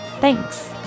Thanks